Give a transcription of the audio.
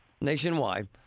nationwide